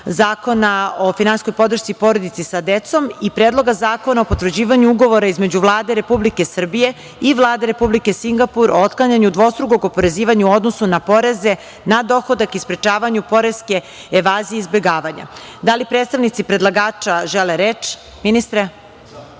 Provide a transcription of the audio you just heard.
Zakona o finansijskoj podršci porodici sa decom i Predlogu zakona o potvrđivanju Ugovora između Vlade Republike Srbije i Vlade Republike Singapur o otklanjanju dvostrukog oporezivanja u odnosu na poreze na dohodak i sprečavanju poreske evazije i izbegavanja. Da li predstavnici predlagača žele reč? Ministre? Samo